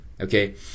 okay